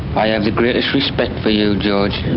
i have the greatest respect for you, george,